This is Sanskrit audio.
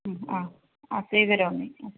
आ आ स्वीकरोमि आ